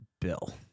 bill